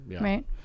right